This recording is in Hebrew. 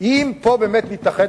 אם נתאחד